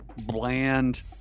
bland